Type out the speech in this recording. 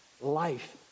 life